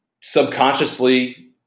subconsciously